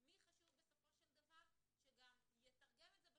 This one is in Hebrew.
מי חשוב בסופו של דבר שגם יתרגם את זה בשטח.